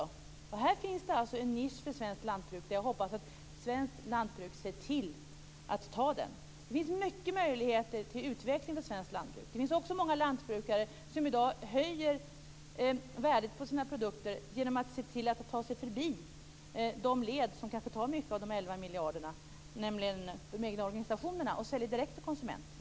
De säljs mycket till jul. Här finns det alltså en nisch för svenskt lantbruk, som jag hoppas att svenskt lantbruk ser till att ta i anspråk. Det finns många möjligheter till utveckling för svenskt lantbruk. Det finns också många lantbrukare som i dag höjer värdet på sina produkter genom att se till att ta sig förbi de led som kanske tar mycket av de 11 miljarderna, nämligen de egna organisationerna, och säljer direkt till konsumenterna.